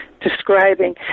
describing